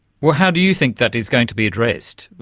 well, how do you think that is going to be addressed?